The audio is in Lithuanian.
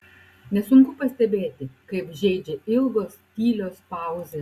nesunku pastebėti kaip žeidžia ilgos tylios pauzės